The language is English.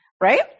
Right